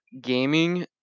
gaming